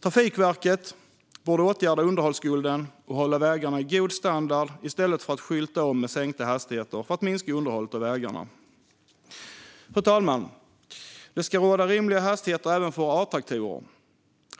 Trafikverket borde åtgärda underhållsskulden och hålla vägarna i god standard i stället för att skylta om med sänkta hastigheter för att minska underhållet av vägarna. Fru talman! Det ska råda rimliga hastigheter även för A-traktorer.